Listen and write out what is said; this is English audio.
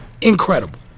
incredible